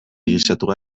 gisatua